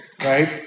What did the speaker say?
Right